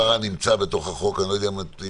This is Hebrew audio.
מציע --- אני לא מבין למה לעניין לביטול